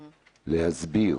להסביר,